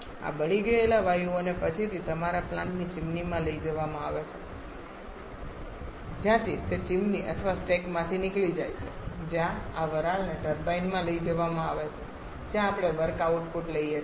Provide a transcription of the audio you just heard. આ બળી ગયેલા વાયુઓને પછીથી તમારા પ્લાન્ટની ચીમનીમાં લઈ જવામાં આવે છે જ્યાંથી તે ચીમની અથવા સ્ટેકમાંથી નીકળી જાય છે જ્યાં આ વરાળને ટર્બાઈનમાં લઈ જવામાં આવે છે જ્યાં આપણે વર્ક આઉટપુટ લઈએ છીએ